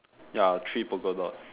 ya three poker dots